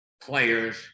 players